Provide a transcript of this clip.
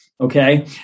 Okay